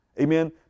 Amen